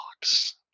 box